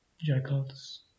jackals